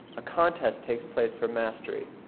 a contest takes place for mastery,